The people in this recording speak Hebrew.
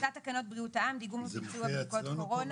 טיוטת תקנות בריאות העם (דיגום וביצוע בדיקות קורונה),